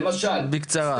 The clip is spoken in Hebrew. בקצרה.